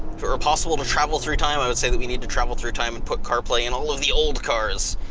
were possible to travel through time i would say that we need to travel through time and put carplay in all of the old cars.